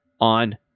on